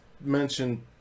mention